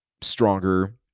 stronger